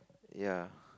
ya